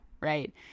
right